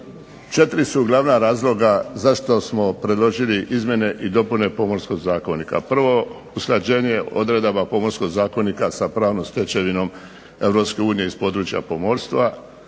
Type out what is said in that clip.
Četiri su glavna razloga zašto smo predložili izmjene i dopune Pomorskog zakonika. Prvo, usklađenje odredaba Pomorskog zakonika sa pravnom stečevinom EU iz područja pomorstva.